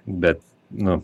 bet nu